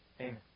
Amen